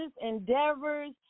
endeavors